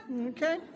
okay